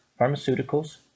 pharmaceuticals